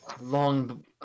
long